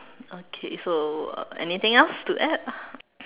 okay so uh anything else to add